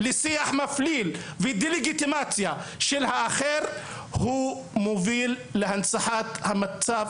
כל מי שמוביל לשיח מפליל ודה-לגיטימציה של האחר הוא מוביל להנצחת המצב